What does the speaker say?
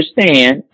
understand